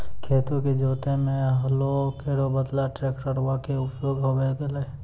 खेतो क जोतै म हलो केरो बदला ट्रेक्टरवा कॅ उपयोग होबे लगलै